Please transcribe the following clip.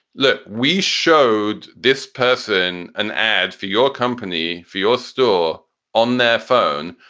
look, we showed this person an ad for your company, for your store on their phone.